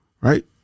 right